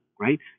right